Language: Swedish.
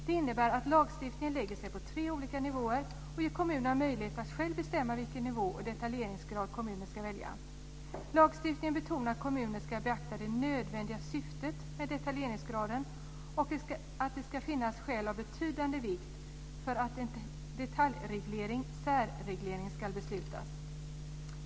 Det innebär att lagstiftningen lägger sig på tre olika nivåer och ger kommunen möjlighet att själva bestämma vilken nivå och detaljeringsgrad som kommunen ska välja. Lagstiftningen betonar att kommunen ska beakta det nödvändiga syftet med detaljeringsgraden och att det ska finnas skäl av betydande vikt för att en detaljreglering eller särreglering ska beslutas.